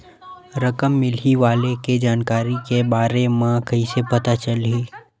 रकम मिलही वाले के जानकारी के बारे मा कइसे पता चलही?